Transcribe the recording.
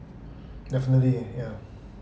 definitely yeah